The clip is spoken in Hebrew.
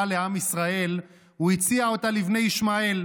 לעם ישראל הוא הציע אותה לבני ישמעאל,